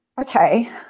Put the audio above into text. okay